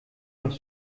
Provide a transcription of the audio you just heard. noch